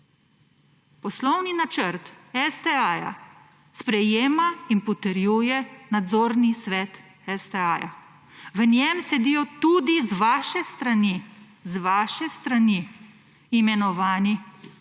Poslovni načrt STA sprejema in potrjuje nadzorni svet STA. V njem sedijo tudi z vaše strani, z vaše strani